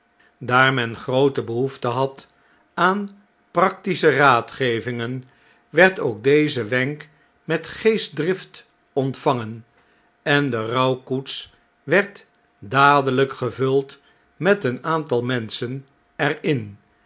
daar men groote behoefte had aan practische raadgevingen werd ook deze wenk met geestdrift ontvangen en de rouwkoets werd dadelijk gevuld met een aantal menschen er